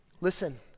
Listen